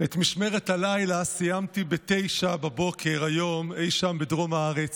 את משמרת הלילה סיימתי ב-09:00 היום אי שם בדרום הארץ.